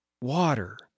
water